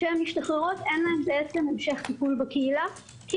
כשהן משתחררות אין להן המשך טיפול בקהילה כי